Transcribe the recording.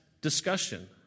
discussion